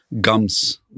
gums